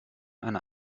eine